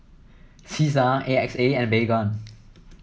Cesar A X A and Baygon